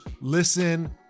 listen